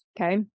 Okay